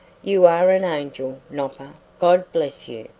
you are an angel, nopper, god bless you!